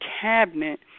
cabinet